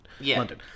London